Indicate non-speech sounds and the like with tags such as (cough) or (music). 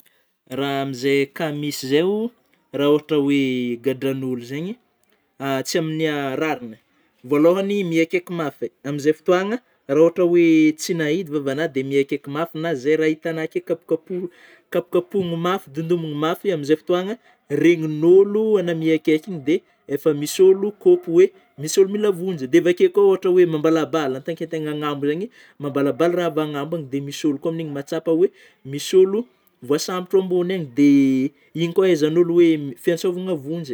(noise) Raha amin'izay cas misy zay oh, raha ohatry oe gadran'ôlô zegny, (hesitation) tsy aminy (hesitation) rariny: vôalôhany miekeky mafy amin'izay fotôagna raha ôhatry oe tsy nahidy vavanahy dia miekeky mafy na zay raha hitagnà akeo kapokapoho-kapokapohona mafy dondonina mafy amin'izay renin'ôlô (noise) agnao miekeiky iny dia, efa misy ôlô kôpy oe misy olo mila vonjy dia avy akeo koa ôhatry oe mambala bala, en tant que tegna anagnambo zegny, mambala bala raha avy agny ambogny dia misy olo koa amimn'igny mahatsapa oe misy ôlô voasambotra ambony agny dia iny koa ahaizan'ny ôlô oe fiatsaôvana vonjy.